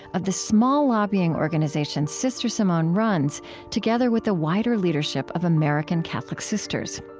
of the small lobbying organization sr. simone runs together with the wider leadership of american catholic sisters.